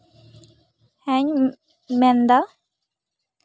ᱦᱮᱧ ᱢᱮᱱᱼᱫᱟ